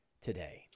today